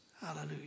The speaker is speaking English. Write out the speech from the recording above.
Hallelujah